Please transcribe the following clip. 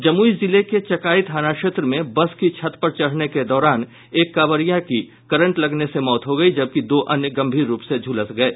जमुई जिले के चकाई थाना क्षेत्र में बस की छत पर चढ़ने के दौरान एक कांवरियां की करंट लगने से मौत हो गयी जबकि दो अन्य गंभीर रूप से झुलस गये